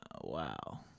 Wow